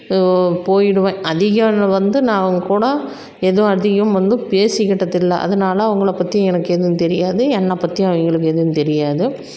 போயிடுவேன் அதிக நேரம் வந்து நான் அவங்க கூட எதுவும் அதிகம் வந்து பேசிக்கிட்டதுல்ல அதனால அவங்கள பற்றி எனக்கு எதுவும் தெரியாது என்னை பற்றி அவங்களுக்கு எதுவும் தெரியாது